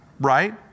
right